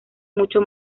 mucho